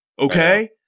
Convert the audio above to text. okay